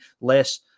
less